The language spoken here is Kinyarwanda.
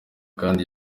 kandi